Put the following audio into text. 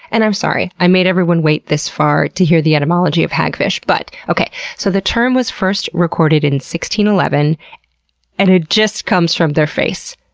and i'm sorry i made everyone wait this far to hear the etymology of hagfish but, okay so the term was first recorded and eleven and is just comes from their face.